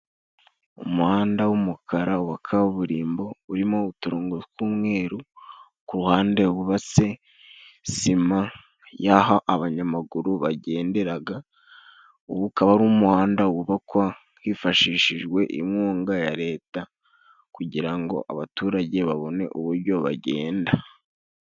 Umuhanda w'umukara wa kaburimbo urimo uturongo tw'umweru, ku ruhande wubatse sima y'aho abanyamaguru bagenderaga, ukaba ari umuhanda wubakwa hifashishijwe inkunga ya leta kugira ngo abaturage babone uburyo bagenda.